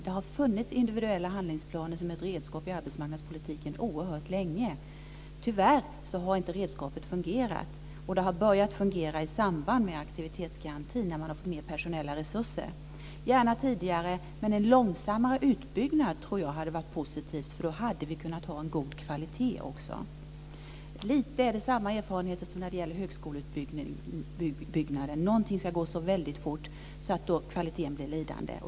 Det har oerhört länge funnits individuella handlingsplaner som ett redskap i arbetsmarknadspolitiken. Tyvärr har inte redskapet fungerat. Det har börjat fungera i samband med aktivitetsgarantin när man har fått mer personella resurser. Det kunde gärna ha införts tidigare, men jag tror att det hade varit positivt med en långsammare utbyggnad. Då hade vi kunnat ha en god kvalitet också. Det är lite samma erfarenheter som med högskoleutbyggnaden. Någonting ska gå så väldigt fort så att kvaliteten blir lidande.